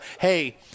hey –